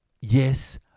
yes